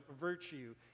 virtue